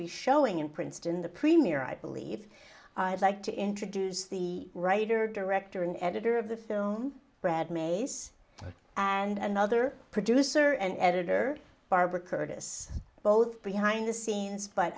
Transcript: be showing in princeton the premier i believe i like to introduce the writer director and editor of the film brad mays and another producer and editor barbara curtis both behind the scenes but